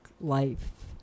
life